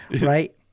right